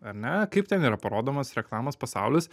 ar ne kaip ten yra parodomas reklamos pasaulis